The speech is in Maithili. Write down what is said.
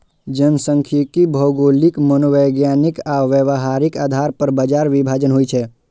जनखांख्यिकी भौगोलिक, मनोवैज्ञानिक आ व्यावहारिक आधार पर बाजार विभाजन होइ छै